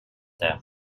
them